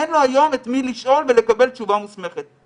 אין לו היום את מי לשאול ולקבל תשובה מוסמכת.